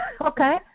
Okay